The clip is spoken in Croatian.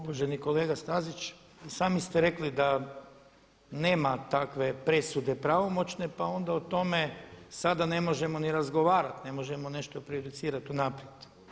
Uvaženi kolega Stazić i sami ste rekli da nema takve presude pravomoćne pa onda o tome sada ne možemo razgovarati, ne možemo nešto prejudicirati unaprijed.